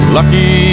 Lucky